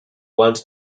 want